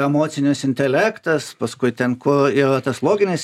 emocinis intelektas paskui ten kur yra tas loginis